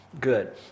Good